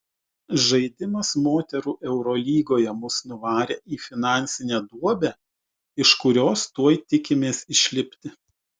žaidimas moterų eurolygoje mus nuvarė į finansinę duobę iš kurios tuoj tikimės išlipti